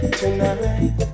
tonight